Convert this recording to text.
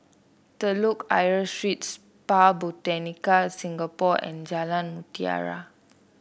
Telok Ayer Street Spa Botanica Singapore and Jalan Mutiara